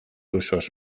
usos